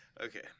Okay